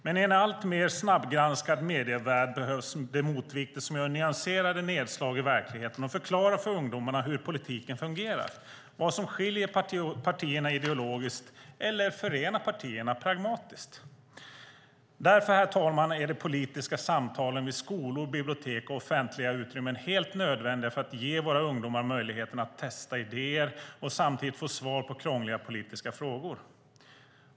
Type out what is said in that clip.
Men i en alltmer snabbgranskad medievärld behövs det motvikter som gör nyanserade nedslag i verkligheten och förklarar för ungdomarna hur politiken fungerar, vad som skiljer partierna ideologiskt eller förenar partierna pragmatiskt. Därför, herr talman, är de politiska samtalen i skolor, på bibliotek och i andra offentliga utrymmen helt nödvändiga för att ge våra ungdomar möjligheten att testa idéer och att samtidigt få svar på krångliga politiska frågor.